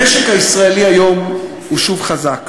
לעבוד בשביל, המשק הישראלי היום הוא שוב חזק: